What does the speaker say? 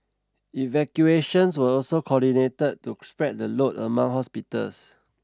evacuations were also coordinated to spread the load among hospitals